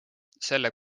selle